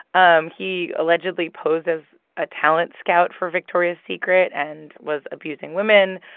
um he allegedly posed as a talent scout for victoria's secret and was abusing women.